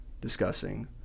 discussing